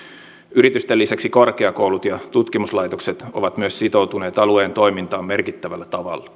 yritysten lisäksi korkeakoulut ja tutkimuslaitokset ovat myös sitoutuneet alueen toimintaan merkittävällä tavalla